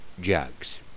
Jugs